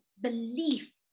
belief